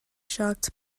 shocked